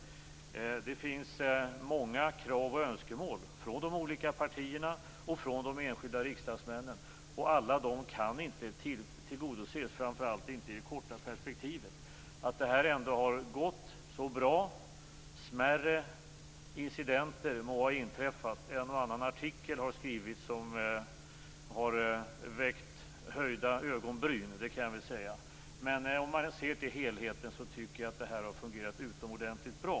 Det finns många krav och önskemål från de olika partierna och från de enskilda riksdagsmännen. Alla dessa kan inte tillgodoses, framför allt inte i det korta perspektivet. Det här har ändå gått bra. Smärre incidenter må ha inträffat. Det har skrivits en och annan artikel som föranlett höjda ögonbryn, men sett till helheten tycker jag att det har fungerat utomordentligt bra.